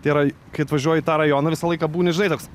tai yra kai atvažiuoji į tą rajoną visą laiką būni žinai toks